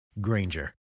Granger